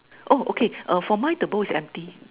oh okay err for mine the bowl is empty